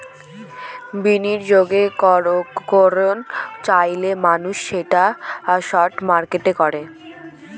বিনিয়োগ করত চাইলে মানুষ সেটা স্টক মার্কেটে করে